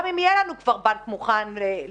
גם אם יהיה לנו כבר בנק מוכן לשימוש.